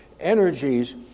energies